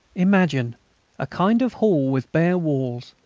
imagine a kind of hall with bare walls,